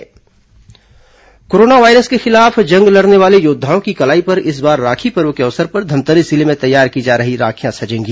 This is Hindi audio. कोरोना राखी कोरोना वायरस के खिलाफ जंग लड़ने वाले योद्वाओं की कलाई पर इस बार राखी पर्व के अवसर पर धमतरी जिले में तैयार की जा रही राखियां सजेंगी